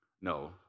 No